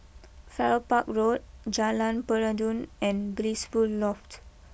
Farrer Park Road Jalan Peradun and Blissful Loft